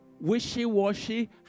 Wishy-washy